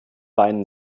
weinen